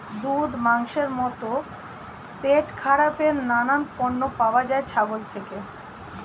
দুধ, মাংসের মতো পেটখারাপের নানান পণ্য পাওয়া যায় ছাগল থেকে